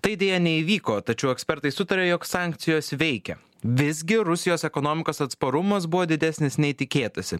tai deja neįvyko tačiau ekspertai sutaria jog sankcijos veikia visgi rusijos ekonomikos atsparumas buvo didesnis nei tikėtasi